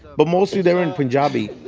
but mostly they were in punjabi.